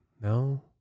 No